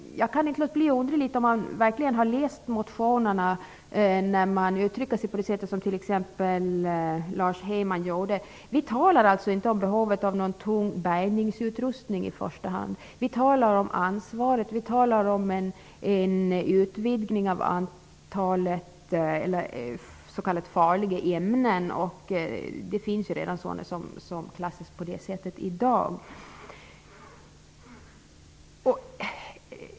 Jag undrar om man verkligen har läst motionen, när man uttrycker sig som t.ex. Tom Heyman gjorde. Vi talar inte om behovet av någon tung bärgningsutrustning i första hand, utan vi talar om ansvaret och om en utvidgning av antalet s.k. farliga ämnen. Det finns ju ämnen som klassas så redan i dag.